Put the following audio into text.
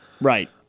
right